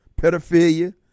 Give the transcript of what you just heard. pedophilia